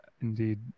indeed